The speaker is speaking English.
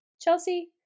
Chelsea